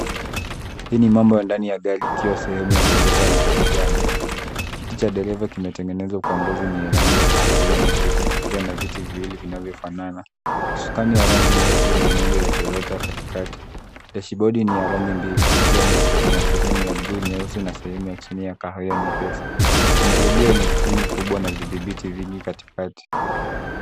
Hii ni mambo ya ndani ya gari ikiwa sehemu ya dereva na abiria mbele, kiti cha dereva kimetengenezwa kwa ngozi yenye rangi ya kahawia nyepesi kikiwa na viti viwili vinavyofanana , usukani wa rangi nyeusi una nembo ya toyota katikati dashibodi ni rangi mbili hiyo na sehemu ya juu au sina sehemu ya chini ya kahawia nyepesi ,kuna redio kubwa na vidhibiti viwili katikati.